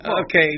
Okay